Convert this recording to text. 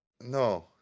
no